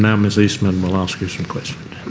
um ms eastman will ask you some questions.